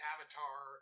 Avatar